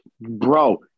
Bro